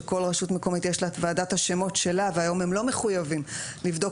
שלכל רשות מקומית יש את ועדת השמות שלה והיום הם לא מחויבים לבדוק,